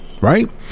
Right